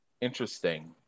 interesting